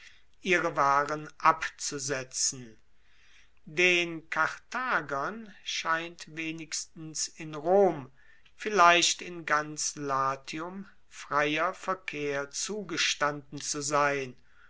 ihre waren abzusetzen den karthagern scheint wenigstens in rom vielleicht in ganz latium freier verkehr zugestanden zu sein